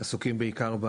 עסוקים בעיקר,